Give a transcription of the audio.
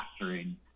mastering